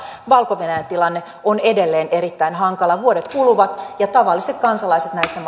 valko venäjän tilanne on edelleen erittäin hankala vuodet kuluvat ja tavalliset kansalaiset näissä